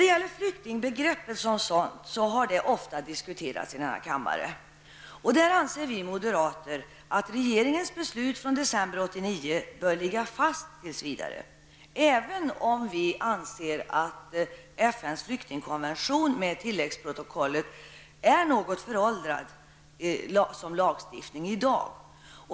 Flyktingbegreppet har ofta diskuterats i denna kammare. Vi moderater anser att regeringens beslut från december 1989 bör ligga fast tills vidare, även om vi anser att FNs flyktingkonvention med tilläggsprotokoll är något föråldrad som lagstiftning i dag.